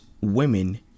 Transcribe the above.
women